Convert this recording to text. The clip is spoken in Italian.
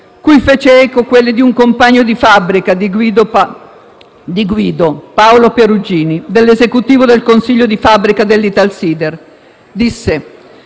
cui fecero eco quelle di un compagno di fabbrica di Guido, Paolo Perugino, dell'esecutivo del consiglio di fabbrica dell'Italsider: «Guido